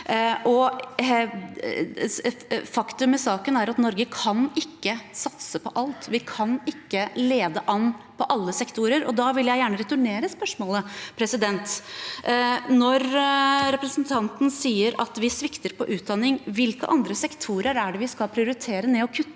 Faktum i saken er at Norge ikke kan satse på alt. Vi kan ikke lede an på alle sektorer. Da vil jeg gjerne returnere spørsmålet: Når representanten sier at vi svikter på utdanning, hvilke andre sektorer er det vi skal prioritere ned og kutte